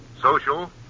social